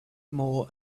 more